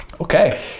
Okay